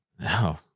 No